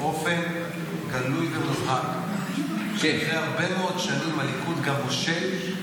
באופן גלוי ומובהק שאחרי הרבה מאוד שנים הליכוד גם מושל?